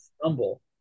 stumble